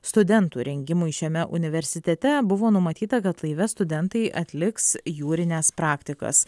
studentų rengimui šiame universitete buvo numatyta kad laive studentai atliks jūrines praktikas